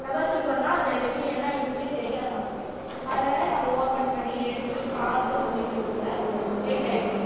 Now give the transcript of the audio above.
எவர்சில்வர்னா அதில் வெளியே என்ன இருக்குன்னே தெரியாது நமக்கு அதனால் அது ஓப்பன் பண்ணி எடுத்து பார்த்து சமைக்கிறத்துக்குள்ளே லேட் ஆயிடுது